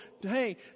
hey